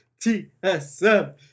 T-S-M